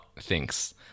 thinks